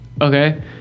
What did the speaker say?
okay